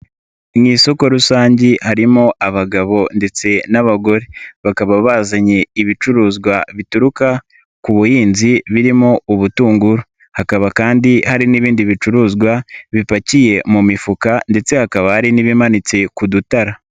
Mu isoko rusange harimo abagabo ndetse n'abagore bakaba bazanye ibicuruzwa bituruka ku buhinzi birimo ubutunguru, hakaba kandi hari n'ibindi bicuruzwa bipakiye mu mifuka ndetse hakaba hari n'ibimanitse ku dutara.